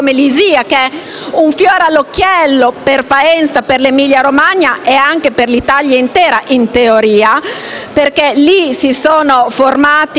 un fiore all'occhiello per Faenza, per l'Emilia-Romagna e anche per l'Italia intera, in teoria, perché lì si sono formati grandi artisti